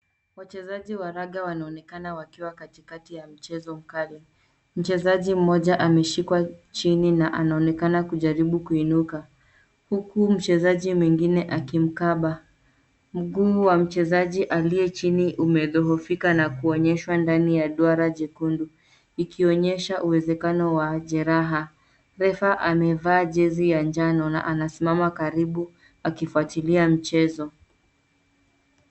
Wachezaji wa raga wanaonekana wakiwa katikati ya mchezo mkali. Mchezaji mmoja ameshikwa chini na anaonekana kujaribu kuinuka huku mchezaji mwingine akimkaba. Mguu wa mchezaji aliye chini umedhoofika na kuonyeshwa ndani ya duara jekundu ikonyesha uwezekano wa jeraha. Refa amevaa jezi ya njano na anasimama karibu akifuatilia mchezo.